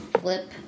Flip